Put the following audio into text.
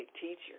teacher